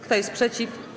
Kto jest przeciw?